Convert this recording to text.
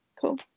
cool